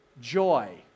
joy